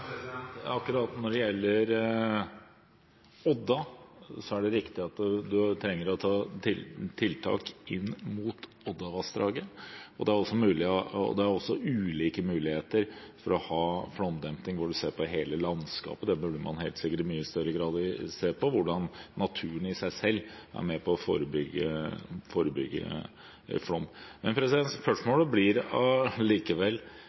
Når det gjelder akkurat Odda, er det riktig at vi trenger tiltak inn mot Opovassdraget. Det er også ulike muligheter for å ha flomdemping når man ser på hele landskapet – det burde man helt sikkert se på i mye større grad. Naturen i seg selv er med på å forebygge flom. Som ansvarlig for de vernede vassdragene og verneplanene, blir spørsmålet likevel